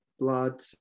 blood